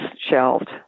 shelved